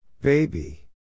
Baby